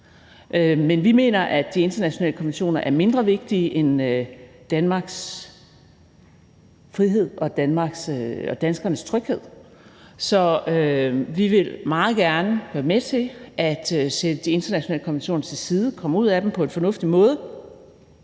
Men vi mener, at de internationale konventioner er mindre vigtige end Danmarks frihed og danskernes tryghed. Så vi vil meget gerne være med til at sætte de internationale konventioner til side, komme ud af dem på en fornuftig måde,